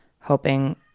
hoping